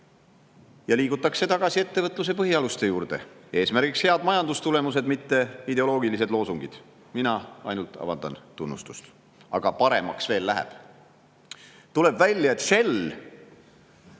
ja liigutakse tagasi ettevõtluse põhialuste juurde, eesmärgiks head majandustulemused, mitte ideoloogilised loosungid. Mina avaldan tunnustust. Aga paremaks veel läheb. Tuleb välja, et Shell,